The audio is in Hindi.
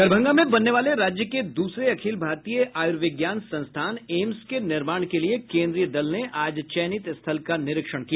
दरभंगा में बनने वाले राज्य के दूसरे अखिल भारतीय आयुर्विज्ञान संस्थान एम्स के निर्माण के लिये केन्द्रीय दल ने आज चयनित स्थल का निरीक्षण किया